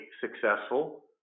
successful